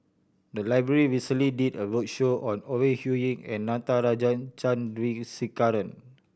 the library recently did a roadshow on Ore Huiying and Natarajan Chandrasekaran